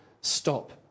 stop